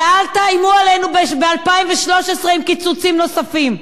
ואל תאיימו עלינו ב-2013 עם קיצוצים נוספים.